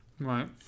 Right